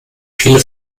viele